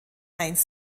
eins